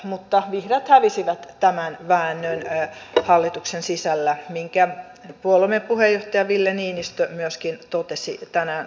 mutta vihreät hävisivät tämän väännön hallituksen sisällä minkä puolueemme puheenjohtaja ville niinistö myöskin totesi tänään keskustelussa